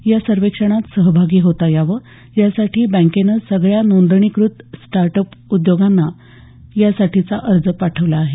या सर्वेक्षणात सहभागी होता यावं यासाठी बँकेनं सगळ्या नोंदणीकृत स्टार्ट उप उद्योगांना यासाठीचा अर्ज पाठवला आहे